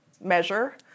measure